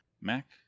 mac